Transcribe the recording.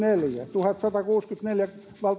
tuhatsatakuusikymmentäneljä